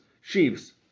Sheaves